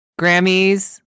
Grammys